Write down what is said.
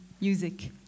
music